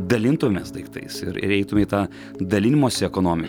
dalintumės daiktais ir ir eitume į tą dalinimosi ekonomi